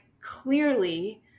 clearly